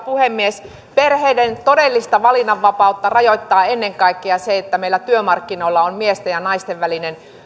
puhemies perheiden todellista valinnanvapautta rajoittaa ennen kaikkea se että meillä työmarkkinoilla on miesten ja naisten välinen